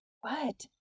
What